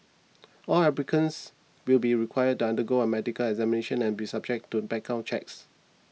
all applicants will be required down to undergo a medical examination and be subject to background checks